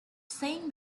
saying